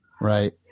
Right